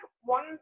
one